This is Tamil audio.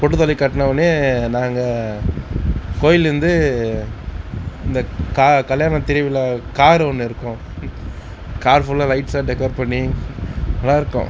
பொட்டு தாலி கட்டினவொன்னே நாங்கள் கோயிலிலிருந்து இந்த க கல்யாணத்திருவிழா கார் ஒன்று இருக்கும் கார் ஃபுல்லாக லைட்ஸாக டெக்கோர் பண்ணி நல்லாயிருக்கும்